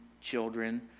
children